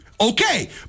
okay